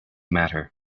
matter